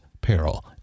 Peril